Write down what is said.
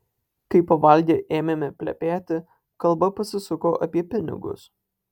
kai pavalgę ėmėme plepėti kalba pasisuko apie pinigus